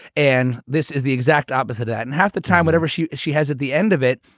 and this is the exact opposite. that and half the time, whatever she is, she has at the end of it,